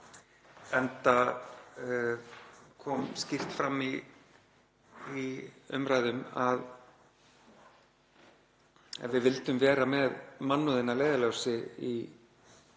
enda kom skýrt fram í umræðum að ef við vildum vera með mannúð að leiðarljósi í